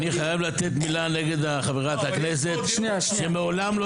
אני חייב לתת מילה נגד חברת הכנסת שמעולם לא